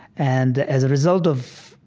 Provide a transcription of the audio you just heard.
and as a result of,